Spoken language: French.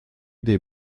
des